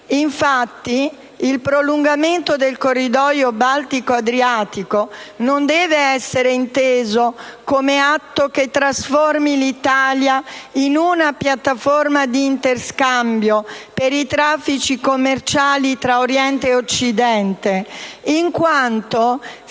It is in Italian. Infatti, il prolungamento del corridoio Baltico-Adriatico non deve essere inteso come atto che trasformi l'Italia in una piattaforma di interscambio per i traffici commerciali tra Oriente e Occidente, in quanto ciò